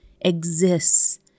exists